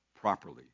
properly